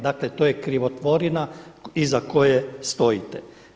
Dakle, to je krivotvorina iza koje stojite.